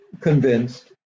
convinced